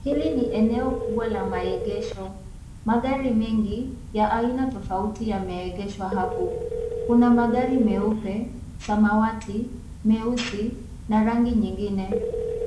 Hili ni eneo kubwa la maegesho, magari mengi ya aina tofauti yameegeshwa hapo kuna magari meupe, samawati meusi na rangi nyingine